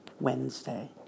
Wednesday